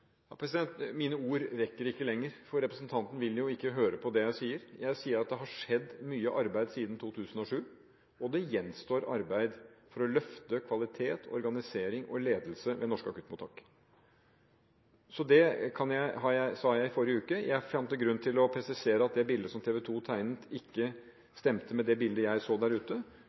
Mine ord rekker ikke lenger, for representanten vil ikke høre på det jeg sier. Jeg sier at det har skjedd mye arbeid siden 2007, og det gjenstår arbeid for å løfte kvalitet, organisering og ledelse ved norske akuttmottak. Det sa jeg i forrige uke. Jeg fant grunn til å presisere at det bildet som TV 2 tegnet, ikke stemte med bildet jeg så der ute,